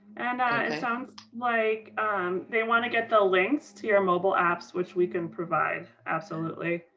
and sounds like they want to get the links to your mobile apps which we can provide, absolutely.